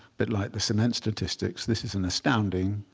bit like the cement statistics, this is an astounding